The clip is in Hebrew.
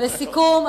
לסיכום,